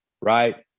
right